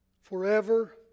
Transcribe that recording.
forever